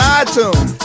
iTunes